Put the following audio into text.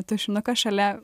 tušinuką šalia